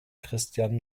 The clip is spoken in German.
christian